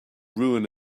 ruin